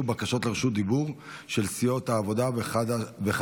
בקשות לרשות דיבור של סיעות העבודה וחד"ש-תע"ל.